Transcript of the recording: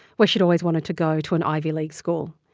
where she'd always wanted to go to an ivy league school.